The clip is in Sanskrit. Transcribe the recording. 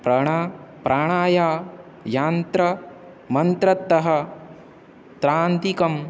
प्रण प्राणाया यान्त्र मन्त्रतः तान्त्रिकम्